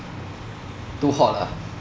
too hot lah